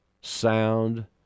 sound